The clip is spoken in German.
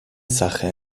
sache